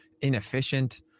inefficient